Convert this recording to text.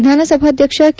ವಿಧಾನಸಭಾಧ್ಯಕ್ಷ ಕೆ